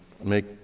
make